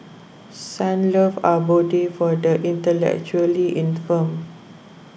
Sunlove Abode for the Intellectually Infirmed